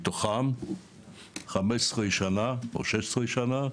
מתוכם 15 שנה, או 16 שנה,